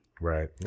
Right